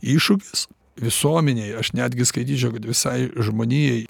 iššūkis visuomenei aš netgi skaityčiau kad visai žmonijai